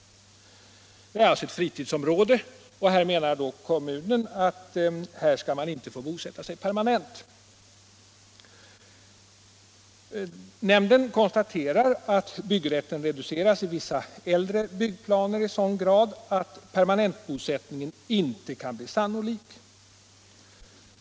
Det gäller här ett fritidsområde, och kommunen menar att man inom detta inte skall få bosätta sig permanent. Byggnadsnämnden konstaterar att ”byggrätten reduceras i vissa äldre byggplaner i sådan grad att permanentbosättning ej kan bli sannolik”.